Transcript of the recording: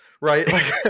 right